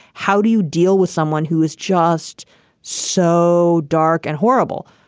how do you deal with someone who is just so dark and horrible?